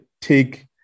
take